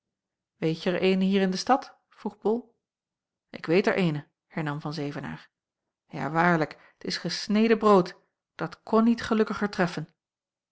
weetje er eene hier in de stad vroeg bol ik weet er eene hernam van zevenaer ja waarlijk t is gesneden brood dat kon niet gelukkiger treffen